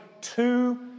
two